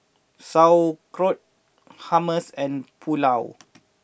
Sauerkraut Hummus and Pulao